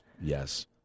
Yes